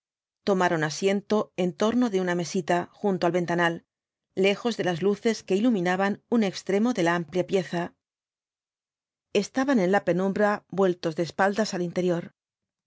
tomaron asiento en torno de una mesita junto al ventanal lejos de las luces que iluminaban un extremo de la amplia pieza estaban en la penumbra vueltos de espaldas al interior